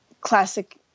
classic